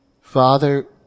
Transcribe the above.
Father